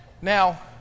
Now